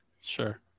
sure